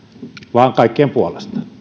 vaan kaikkien puolesta